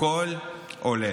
הכול עולה.